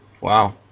Wow